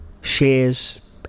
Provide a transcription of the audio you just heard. shares